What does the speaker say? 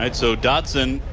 and so, dodson,